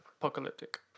apocalyptic